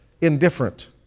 indifferent